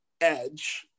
edge